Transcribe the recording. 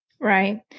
Right